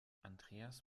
andreas